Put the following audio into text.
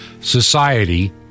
society